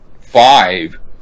five